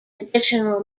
additional